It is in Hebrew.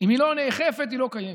אם היא לא נאכפת היא לא קיימת.